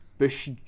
Bush